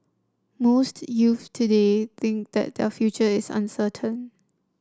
most youths today think that their future is uncertain